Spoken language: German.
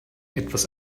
etwas